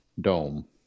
dome